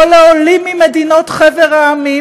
או לעולים מחבר המדינות,